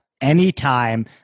anytime